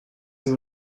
این